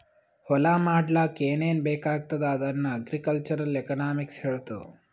ಹೊಲಾ ಮಾಡ್ಲಾಕ್ ಏನೇನ್ ಬೇಕಾಗ್ತದ ಅದನ್ನ ಅಗ್ರಿಕಲ್ಚರಲ್ ಎಕನಾಮಿಕ್ಸ್ ಹೆಳ್ತುದ್